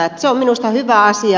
se on minusta hyvä asia